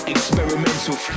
Experimental